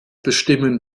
bestimmen